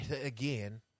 again